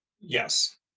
Yes